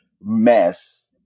mess